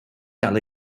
gael